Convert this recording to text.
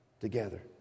together